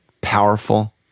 powerful